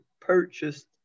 purchased